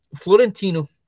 Florentino